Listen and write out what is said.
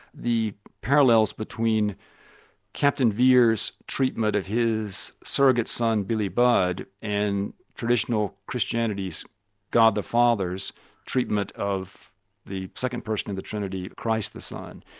the parallels between captain vere's treatment of his surrogate son, billy budd, and traditional christianity's god the father's treatment of the second person in the trinity, christ the son,